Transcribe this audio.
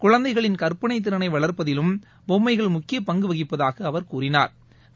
குழந்தைகளின் கற்பனைதிறனைவளா்ப்பதிலும் பொம்மைகள் முக்கியபங்குவகிப்பதாகஅவா் கூறினாா்